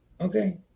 okay